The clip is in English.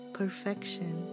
perfection